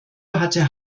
hatte